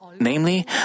Namely